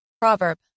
Proverb